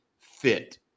fit